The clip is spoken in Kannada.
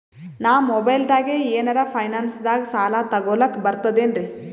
ನಾ ಮೊಬೈಲ್ದಾಗೆ ಏನರ ಫೈನಾನ್ಸದಾಗ ಸಾಲ ತೊಗೊಲಕ ಬರ್ತದೇನ್ರಿ?